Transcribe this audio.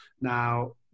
Now